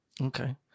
okay